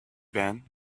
been